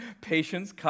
patience